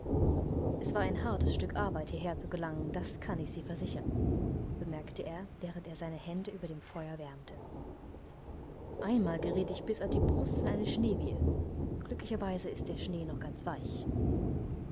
es war ein hartes stück arbeit hierher zu gelangen das kann ich sie versichern bemerkte er während er seine hände über dem feuer wärmte einmal geriet ich bis an die brust in eine schneewehe glücklicherweise ist der schnee noch ganz weich